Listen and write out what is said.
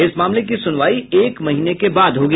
इस मामले की सुनवाई एक महीने के बाद होगी